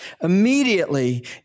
Immediately